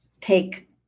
take